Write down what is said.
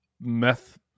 meth